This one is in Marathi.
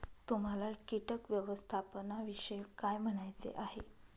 तुम्हाला किटक व्यवस्थापनाविषयी काय म्हणायचे आहे?